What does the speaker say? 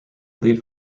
lead